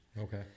Okay